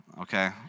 okay